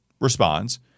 responds